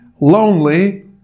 lonely